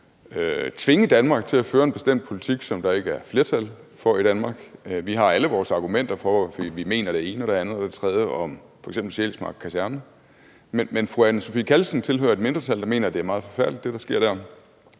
tvinge Danmark til at føre en bestemt politik, som der ikke er flertal for i Danmark. Vi har alle vores argumenter for, at vi mener det ene, det andet eller det tredje om f.eks. Sjælsmark Kaserne, men fru Anne Sophie Callesen tilhører et mindretal, der mener, at det er meget forfærdeligt, hvad der sker der.